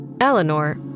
Eleanor